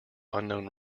unknown